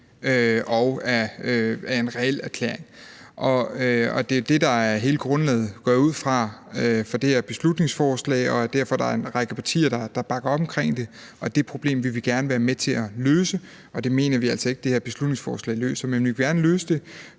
og er en reel erklæring. Det er jo det, der er hele grundlaget, går jeg ud fra, for det her beslutningsforslag, og derfor, at der er en række partier, der bakker op om det. Det problem vil vi gerne være med til at løse, og det mener vi altså ikke at det her beslutningsforslag løser. Men vi vil gerne løse det,